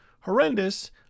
horrendous